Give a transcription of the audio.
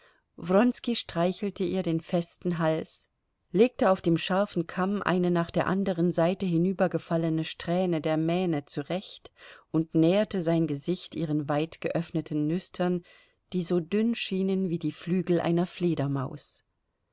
streichelte ihr den festen hals legte auf dem scharfen kamm eine nach der anderen seite hinübergefallene strähne der mähne zurecht und näherte sein gesicht ihren weit geöffneten nüstern die so dünn schienen wie die flügel einer fledermaus